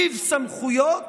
ריב סמכויות